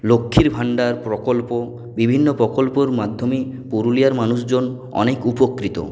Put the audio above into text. লক্ষ্মীর ভান্ডার প্রকল্প বিভিন্ন প্রকল্পর মাধ্যমে পুরুলিয়ার মানুষজন অনেক উপকৃত